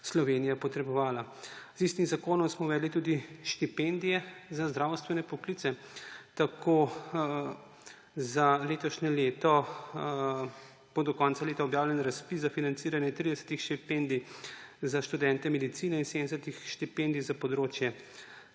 Slovenija potrebovala. Z istim zakonom smo uvedli tudi štipendije za zdravstvene poklice, tako bo za letošnje leto do konca leta objavljen razpis za financiranje 30 štipendij za študente medicine in 70 štipendij za področje